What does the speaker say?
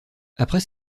après